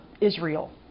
Israel